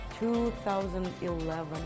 2011